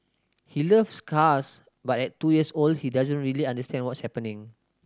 he loves cars but at two years old he doesn't really understand what's happening